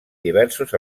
diversos